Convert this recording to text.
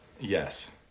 Yes